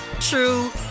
true